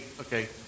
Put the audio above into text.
Okay